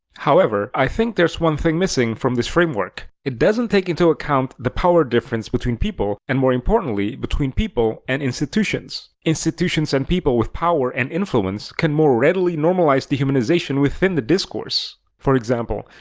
however, i think there is one thing missing from this framework. it doesn't take into account the power difference between people, and more importantly between people and institutions. institutions and people with power and influence can more readily normalize dehumanization within the discourse. for example,